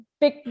big